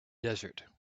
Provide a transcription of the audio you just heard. desert